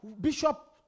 Bishop